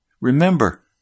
Remember